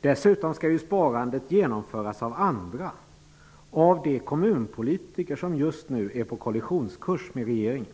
Dessutom skall sparandet genomföras av andra, av de kommunpolitiker som just nu är på kollisionskurs med regeringen.